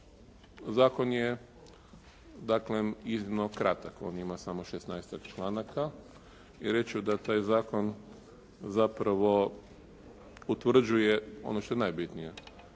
dakle iznimno kratak, on ima 16-tak članaka i reći ću da taj zakon zapravo utvrđuje ono što je najbitnije